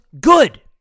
good